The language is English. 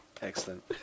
excellent